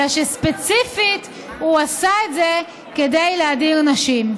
אלא שספציפית הוא עשה את זה כדי להדיר נשים.